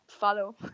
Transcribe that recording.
follow